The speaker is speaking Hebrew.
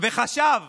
וחשב